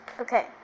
Okay